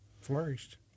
flourished